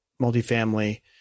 multifamily